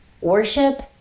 Worship